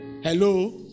Hello